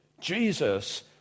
Jesus